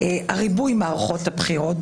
ריבוי מערכות הבחירות,